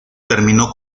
terminó